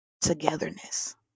Togetherness